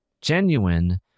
genuine